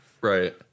right